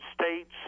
states